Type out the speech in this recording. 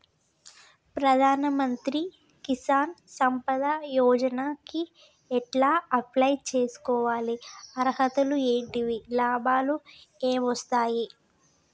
ప్రధాన మంత్రి కిసాన్ సంపద యోజన కి ఎలా అప్లయ్ చేసుకోవాలి? అర్హతలు ఏంటివి? లాభాలు ఏమొస్తాయి?